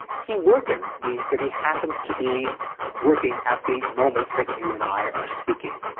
he workin, means that he happens to be working at the moment that you and i are speaking.